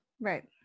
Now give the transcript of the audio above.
Right